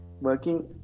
working